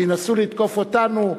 וינסו לתקוף אותנו,